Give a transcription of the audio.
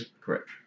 Correct